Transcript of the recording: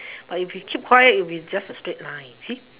but if you keep quiet it'll be just a straight line you see